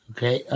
Okay